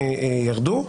ירדו.